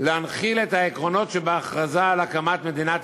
להנחיל את העקרונות שבהכרזה על הקמת מדינת